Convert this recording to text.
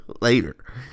later